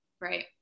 right